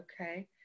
Okay